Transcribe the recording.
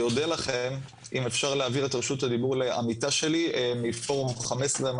אני אודה לכם אם אפשר להעביר את רשות הדיבור לעמיתה שלי מפורום 15,